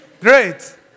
great